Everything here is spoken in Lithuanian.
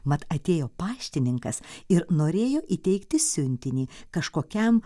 mat atėjo paštininkas ir norėjo įteikti siuntinį kažkokiam